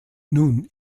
nun